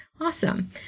Awesome